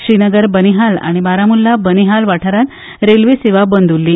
श्रीनगर बनिहाल आनी बारामुल्ला बनिहाल वाठांरात रेल्वे सेवा बंद उल्ली